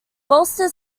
bolster